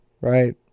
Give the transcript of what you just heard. right